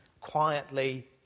quietly